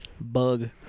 bug